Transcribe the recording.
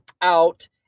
out